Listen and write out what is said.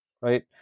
right